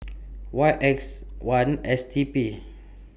Y X one S T P